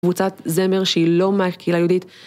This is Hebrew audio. קבוצת זמר, שהיא לא מהקהילה היהודית.